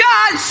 God